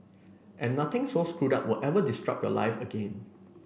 and nothing so screwed up will ever disrupt your life again